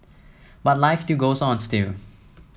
but life to goes on still